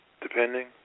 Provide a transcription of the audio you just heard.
depending